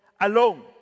alone